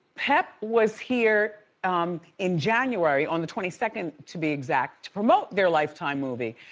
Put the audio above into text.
pep was here in january on the twenty second, to be exact to promote their lifetime movie,